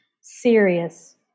serious